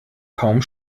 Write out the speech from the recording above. kaum